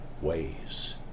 ways